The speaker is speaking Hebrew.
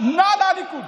נע לליכוד.